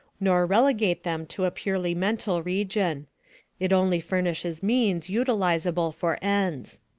nor relegate them to a purely mental region it only furnishes means utilizable for ends.